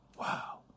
Wow